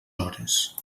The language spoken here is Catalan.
hores